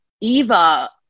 Eva